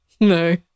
no